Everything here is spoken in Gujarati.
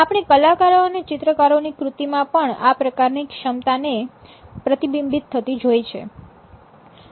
આપણે કલાકારો અને ચિત્રકારોની કૃતિમાં પણ આ પ્રકારની ક્ષમતાને પ્રતિબિંબિત થતી જોઈ છે